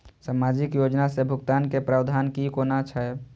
सामाजिक योजना से भुगतान के प्रावधान की कोना छै?